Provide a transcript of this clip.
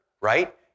right